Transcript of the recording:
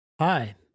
Hi